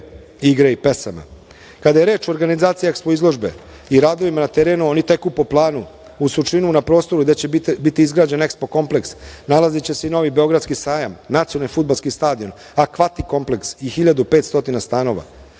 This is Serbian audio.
igre i pesama. Kada je reč o organizaciji EXPO izložbe i radovima na terenu, oni teku po planu. U Surčinu na prostoru gde će biti izgrađen EXPO kompleks nalaziće se i novi beogradski sajam, nacionalni fudbalski stadion i akvatik kompleks i 1.500 stanova.